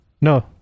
No